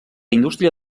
indústria